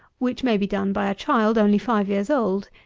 which may be done by a child only five years old,